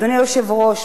אדוני היושב-ראש,